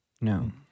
no